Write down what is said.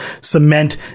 cement